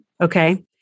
Okay